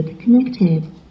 connected